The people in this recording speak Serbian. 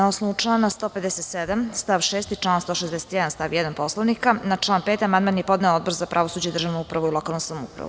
Na osnovu člana 157. stav 6. i člana 161. stav 1. Poslovnika, na član 5. amandman je podneo Odbor za pravosuđe, državnu upravu i lokalnu samoupravu.